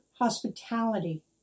hospitality